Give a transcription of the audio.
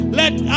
let